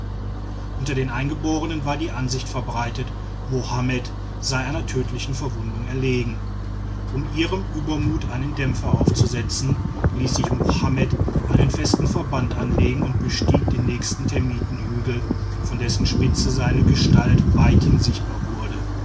unter den eingeborenen war die ansicht verbreitet mohammed sei einer tödlichen verwundung erlegen um ihrem übermut einen dämpfer aufzusetzen ließ sich mohammed einen festen verband anlegen und bestieg den nächsten termitenhügel von dessen spitze seine gestalt weithin sichtbar wurde